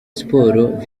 sports